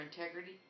integrity